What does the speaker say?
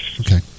Okay